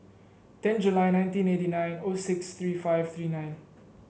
ten July nineteen eighty nine O six three five three nine